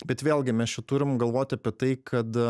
bet vėlgi mes čia turim galvot apie tai kad